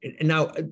now